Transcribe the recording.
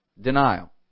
Denial